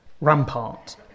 rampart